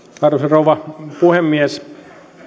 rouva puhemies